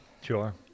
sure